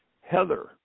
Heather